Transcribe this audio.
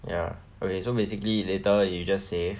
ya okay so basically later you just save